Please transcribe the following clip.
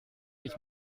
ich